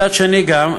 מצד שני גם,